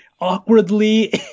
awkwardly